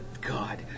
God